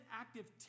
active